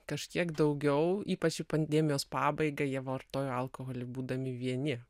kažkiek daugiau ypač į pandemijos pabaigą jie vartojo alkoholį būdami vieni